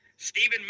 Stephen